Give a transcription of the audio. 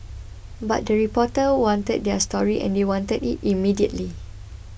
but the reporters wanted their story and they wanted it immediately